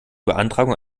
beantragung